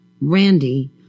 Randy